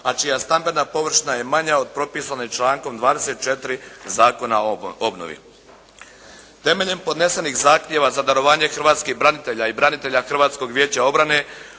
a čija stambena površina je manja od propisanog člankom 24. Zakona o obnovi. Temeljem podnesenih zahtjeva za darovanje Hrvatskih branitelja i branitelja Hrvatskog vijeća obrane,